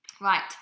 Right